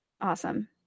Awesome